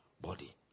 body